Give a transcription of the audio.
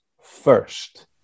first